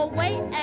wait